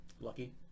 Lucky